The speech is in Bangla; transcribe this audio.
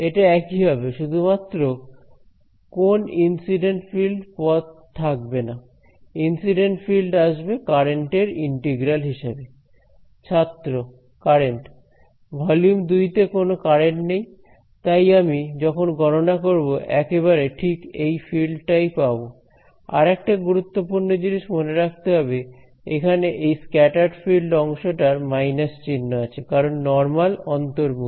এটা একই হবে শুধুমাত্র কোন ইনসিডেন্ট ফিল্ড পদ থাকবে না ইনসিডেন্ট ফিল্ড আসবে কারেন্ট এর ইন্টিগ্রাল হিসাবে ছাত্র কারেন্ট ভলিউম 2 তে কোন কারেন্ট নেই তাই আমি যখন গণনা করব একেবারে ঠিক এই ফিল্ড টাই পাব আরেকটা গুরুত্বপূর্ণ জিনিস মনে রাখতে হবে এখানে এই স্ক্যাটার্ড ফিল্ড অংশটার মাইনাস চিহ্ন আছে কারণ নর্মাল অন্তর্মুখী